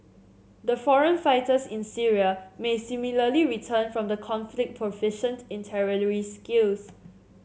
the foreign fighters in Syria may similarly return from the conflict proficient in terrorist skills